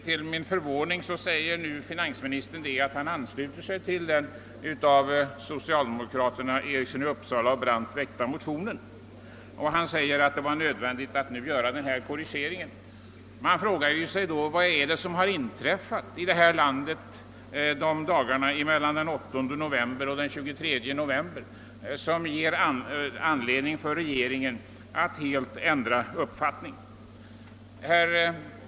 Till min förvåning ansluter sig finansministern nu till den av socialdemokraterna herrar Einar Eriksson och Brandt väckta motionen och säger att det är nödvändigt att göra den korrigering som där föreslås. Man frågar sig då vad som inträffade här i landet dagarna mellan den 8 och 23 november, som ger regeringen anledning att helt ändra uppfattning.